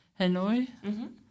Hanoi